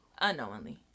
unknowingly